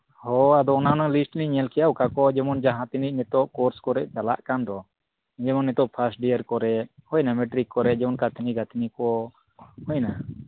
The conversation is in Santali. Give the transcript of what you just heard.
ᱦᱳᱭ ᱟᱫᱚ ᱚᱱᱟ ᱨᱮᱱᱟᱜ ᱞᱤᱥᱴ ᱞᱤᱧ ᱧᱮᱞᱠᱮᱫᱼᱟ ᱚᱠᱟ ᱠᱚ ᱡᱮᱢᱚᱱ ᱡᱟᱦᱟᱸ ᱛᱤᱱᱟᱹᱜ ᱱᱤᱛᱳᱜ ᱠᱳᱨᱥ ᱠᱚᱨᱮ ᱪᱟᱞᱟᱜ ᱠᱟᱱ ᱫᱚ ᱡᱮᱢᱚᱱ ᱱᱤᱛᱳᱜ ᱯᱷᱟᱥᱴ ᱰᱤᱭᱟᱨ ᱠᱚᱨᱮ ᱦᱩᱭᱱᱟ ᱡᱮᱢᱚᱱ ᱢᱮᱴᱨᱤᱠ ᱠᱚᱨᱮ ᱠᱟᱛᱷᱱᱤ ᱜᱟᱛᱷᱱᱤ ᱠᱚ ᱦᱩᱭᱱᱟ